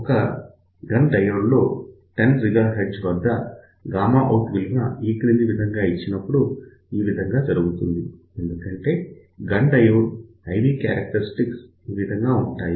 ఒక gun diode లో 10 GHz వద్ద గామా అవుట్ విలువ ఈ క్రింది విధంగా ఇచ్చినప్పుడుఈ విధంగా జరుగుతుంది ఎందుకంటే gun diode I V characteristics ఈ విధంగా ఉంటాయి